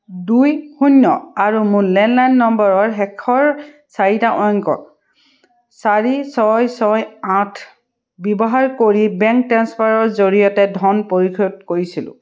দুই শূন্য আৰু মোৰ লেণ্ডলাইন নম্বৰৰ শেষৰ চাৰিটা অংক চাৰি ছয় ছয় আঠ ব্যৱহাৰ কৰি বেংক ট্ৰেন্সফাৰৰ জৰিয়তে ধন পৰিশোধ কৰিছোঁ